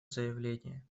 заявление